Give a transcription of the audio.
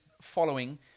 following